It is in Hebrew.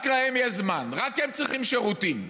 רק להם יש זמן, רק הם צריכים שירותים.